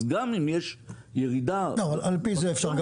אז גם אם יש ירידה --- על פי זה אפשר גם